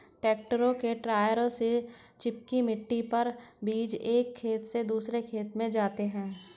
tractor के टायरों से चिपकी मिट्टी पर बीज एक खेत से दूसरे खेत में जाते है